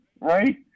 right